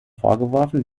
vorgeworfen